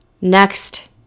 next